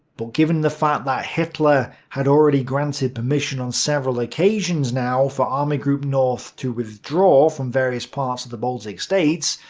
but given the fact that hitler had already granted permission on several occasions now for army group north to withdraw from various parts of the baltic states,